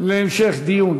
להמשך דיון.